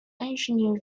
engineer